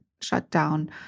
shutdown